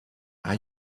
are